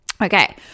Okay